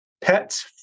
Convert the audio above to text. pets